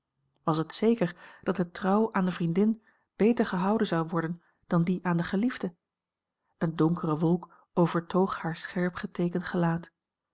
was het zeker dat de trouw aan de vriendin beter gehouden zou worden dan die aan den geliefde een donkere wolk overtoog haar scherp geteekend gelaat